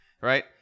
right